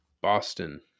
Boston